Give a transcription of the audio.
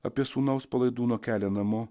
apie sūnaus palaidūno kelią namo